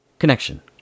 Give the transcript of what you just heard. Connection